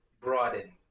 broadened